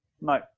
No